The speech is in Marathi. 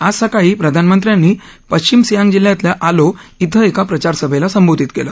आज सकाळी प्रधानमत्र्यांनी पश्चिम सियांग जिल्ह्यातल्या आलो धिं एका प्रचार सभेला संबोधित केलं